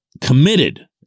committed